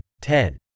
ten